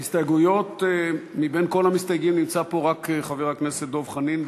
הסתייגויות: מכל המסתייגים נמצא פה רק חבר הכנסת דב חנין.